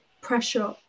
pressure